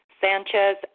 Sanchez